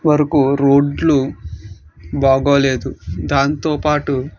వరకు రోడ్లు బాలేదు దాంతో పాటు